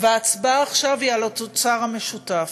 וההצבעה עכשיו היא על התוצר המשותף.